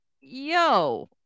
yo